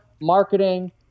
marketing